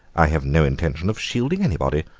i have no intention of shielding anybody.